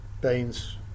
Baines